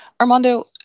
Armando